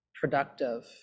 productive